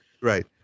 Right